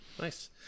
nice